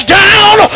down